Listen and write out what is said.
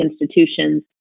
institutions